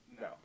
No